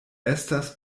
estas